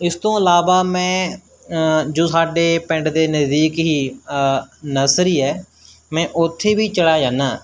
ਇਸ ਤੋਂ ਇਲਾਵਾ ਮੈਂ ਜੋ ਸਾਡੇ ਪਿੰਡ ਦੇ ਨਜ਼ਦੀਕ ਹੀ ਨਰਸਰੀ ਹੈ ਮੈਂ ਉੱਥੇ ਵੀ ਚਲਾ ਜਾਂਦਾ